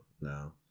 No